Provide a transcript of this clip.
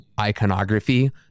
iconography